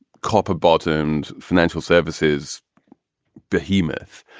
copper bottomed financial services behemoth.